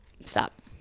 stop